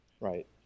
Right